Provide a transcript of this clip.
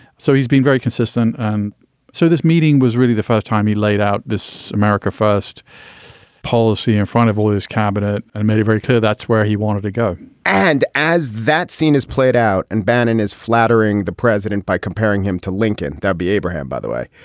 so he's been very consistent. and so this meeting was really the first time he laid out this this america first policy in front of all his cabinet and made it very clear that's where he wanted to go and as that scene is played out and bannon is flattering the president by comparing him to lincoln, there'll be abraham, by the way,